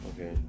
Okay